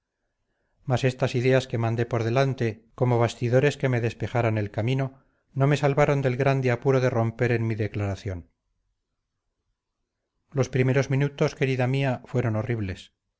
mas estas ideas que mandé por delante como batidores que me despejaran el camino no me salvaron del grande apuro de romper en mi declaración los primeros minutos querida mía fueron horribles